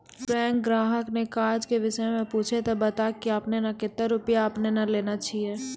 Bank ग्राहक ने काज के विषय मे पुछे ते बता की आपने ने कतो रुपिया आपने ने लेने छिए?